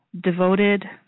devoted